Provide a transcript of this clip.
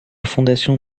fondation